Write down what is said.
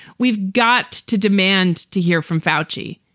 we've got to demand to hear from foushee.